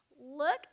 Look